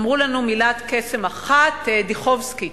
אמרו לנו מילת קסם אחת: דיכובסקי.